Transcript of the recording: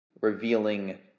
revealing